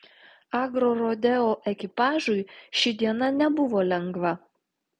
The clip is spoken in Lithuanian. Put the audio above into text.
agrorodeo ekipažui ši diena nebuvo lengva